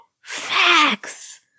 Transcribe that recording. Facts